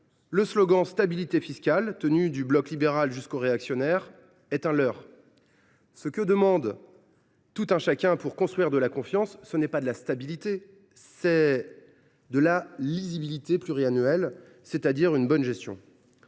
le slogan « stabilité fiscale », utilisé du bloc libéral jusqu’aux réactionnaires, est un leurre. Ce que demande tout un chacun pour construire de la confiance, c’est non pas de la stabilité, mais de la lisibilité pluriannuelle, c’est à dire une bonne gestion.